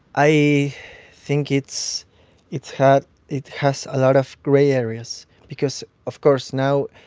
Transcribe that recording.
i think it's it's had it has a lot of gray areas because, of course, now,